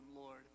Lord